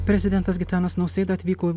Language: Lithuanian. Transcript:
prezidentas gitanas nausėda atvyko